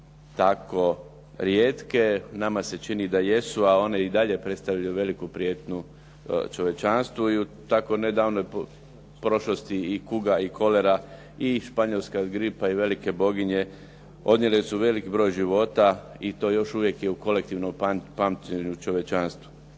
tako rijetke. Nama se čini da jesu a one i dalje predstavljaju veliku prijetnju čovječanstvu i u tako ne davnoj prošlosti i kuga, i kolera, i španjolska gripa i velike boginje odnijele su veliki broj života i to još uvijek je u kolektivnom pamćenju u čovječanstvu.